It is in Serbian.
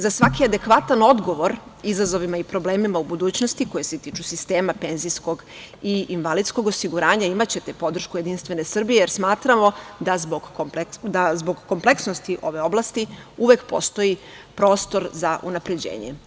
Za svaki adekvatan odgovor izazovima i problemima u budućnosti koje se tiču sistema penzijskog i invalidskog osiguranja imaćete podršku Jedinstvene Srbije, jer smatramo da zbog kompleksnosti ove oblasti uvek postoji prostor za unapređenje.